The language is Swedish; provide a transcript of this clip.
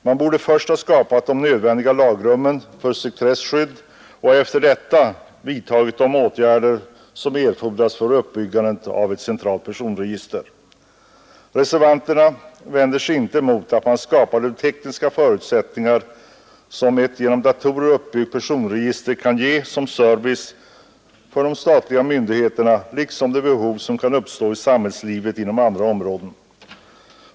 Först borde man ha skapat de nödvändiga lagrummen för sekretesskydd och därefter ha vidtagit de åtgärder som erfordras för uppbyggande av ett centralt personregister. Reservanterna vänder sig inte mot att man skapar de tekniska förutsättningar för ett genom datorer uppbyggt personregister som kan ge service åt de statliga myndigheterna och på andra områden inom samhällslivet där behov kan uppstå.